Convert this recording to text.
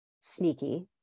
sneaky